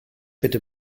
bitte